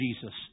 Jesus